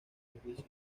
edificio